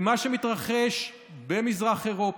מה שמתרחש במזרח אירופה,